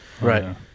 Right